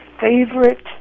favorite